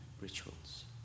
rituals